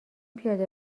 پیاده